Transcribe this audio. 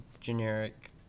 generic